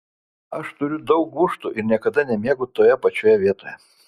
aš turiu daug gūžtų ir niekada nemiegu toje pačioje vietoje